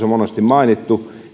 on monesti mainittu